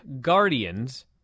Guardians